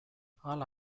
hala